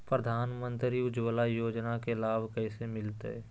प्रधानमंत्री उज्वला योजना के लाभ कैसे मैलतैय?